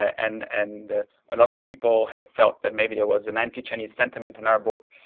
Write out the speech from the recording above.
and and a lot of people have felt that maybe there was an anti-chinese sentiment in our book.